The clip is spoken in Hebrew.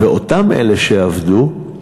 ואותם אלה שעבדו,